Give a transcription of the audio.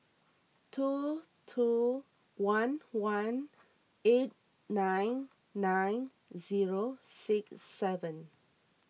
two two one one eight nine nine zero six seven